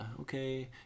okay